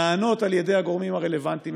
נענות על ידי הגורמים הרלוונטיים,